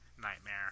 Nightmare